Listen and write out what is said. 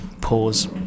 Pause